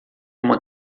uma